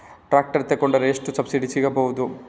Tractor ತೊಕೊಂಡರೆ ಎಷ್ಟು subsidy ಸಿಗಬಹುದು?